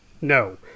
no